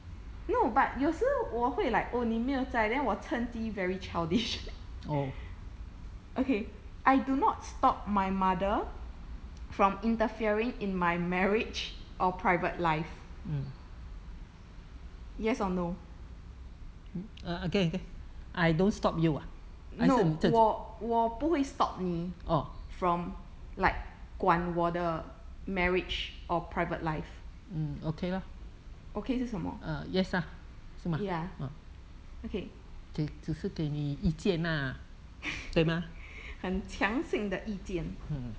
no but 有时我会 like 哦你没有在 then 我趁机 very childish okay I do not stop my mother from interfering in my marriage or private life yes or no no 我我不会 stop 你 from like 管我的 marriage or private life okay 是什么 ya okay 很强性的意见